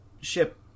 ship